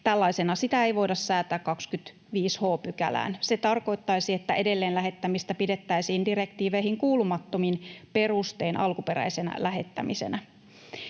Tällaisena sitä ei voida säätää 25 h §:ään. Se tarkoittaisi, että edelleenlähettämistä pidettäisiin direktiiveihin kuulumattomin perustein alkuperäisenä lähettämisenä.